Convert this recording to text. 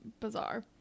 bizarre